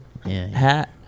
hat